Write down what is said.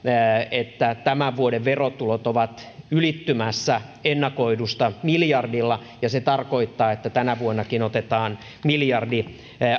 että tämän vuoden verotulot ovat ylittymässä ennakoidusta miljardilla ja se tarkoittaa että tänä vuonnakin otetaan